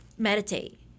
meditate